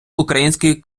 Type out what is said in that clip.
український